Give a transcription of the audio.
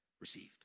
received